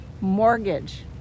mortgage